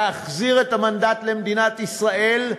להחזיר את המנדט למדינת ישראל,